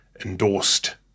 endorsed